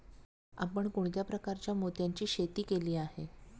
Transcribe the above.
आपण कोणत्या प्रकारच्या मोत्यांची शेती केली आहे?